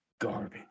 garbage